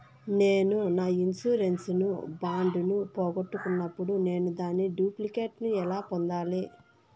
నేను నా insurance bond ను పోగొట్టుకున్నప్పుడు నేను దాని డూప్లికేట్ ను ఎలా పొందాలి?